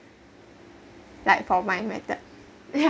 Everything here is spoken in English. like for my method yeah